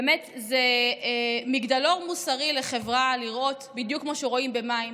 זה באמת מגדלור מוסרי לחברה לראות בחשמל,